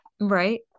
right